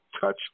touch